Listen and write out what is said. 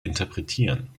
interpretieren